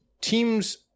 teams